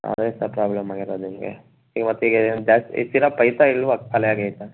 ಅದೇ sir problem ಆಗಿರೋದು ನಿಮಗೆ ಇವತ್ತಿಗೆ ಜಾಸ್ತಿ ಸಿರಪ್ ಐತಾ ಇಲ್ಲವಾ ಖಾಲಿಯಾಗೈತ